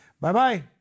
Bye-bye